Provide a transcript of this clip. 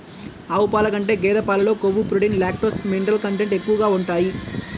ఆవు పాల కంటే గేదె పాలలో కొవ్వు, ప్రోటీన్, లాక్టోస్, మినరల్ కంటెంట్ ఎక్కువగా ఉంటాయి